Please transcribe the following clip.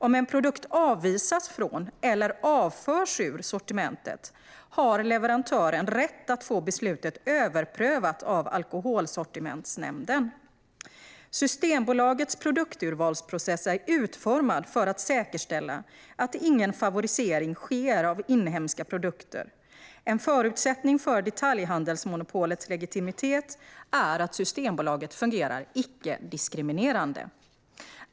Om en produkt avvisas från eller avförs ur sortimentet har leverantören rätt att få beslutet överprövat av Alkoholsortimentsnämnden. Systembolagets produkturvalsprocess är utformad för att säkerställa att ingen favorisering sker av inhemska produkter. En förutsättning för detaljhandelsmonopolets legitimitet är att Systembolaget fungerar icke-diskriminerande.